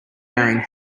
wearing